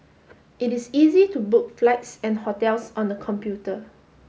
it is easy to book flights and hotels on the computer